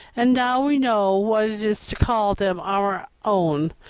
and now we know what it is to call them our own.